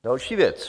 Další věc.